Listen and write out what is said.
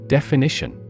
Definition